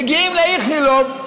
מגיעים לאיכילוב,